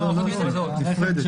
לא, נפרדת.